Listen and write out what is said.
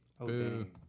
Okay